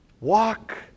Walk